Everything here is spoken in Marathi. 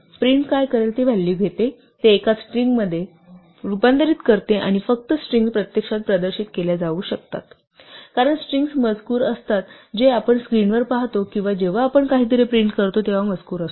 प्रिंट काय करेल ती व्हॅलू घेते ते एका स्ट्रिंगमध्ये रूपांतरित करते आणि फक्त स्ट्रिंग्स प्रत्यक्षात प्रदर्शित केल्या जाऊ शकतात कारण स्ट्रिंग्स मजकूर असतात जे आपण स्क्रीनवर पाहतो किंवा जेव्हा आपण काहीतरी प्रिंट करतो तेव्हा मजकूर असतो